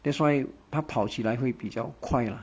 that's why 它跑起来会比较快 lah